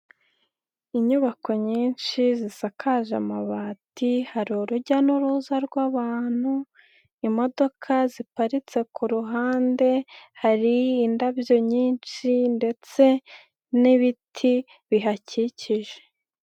Inyubako nyinshi zisakaje amabati, hari urujya n'uruza rw'abantu, imodoka ziparitse ku ruhande. hari indabyo nyinshi ndetse n'ibiti bihakikije.